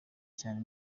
cyane